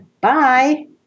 Bye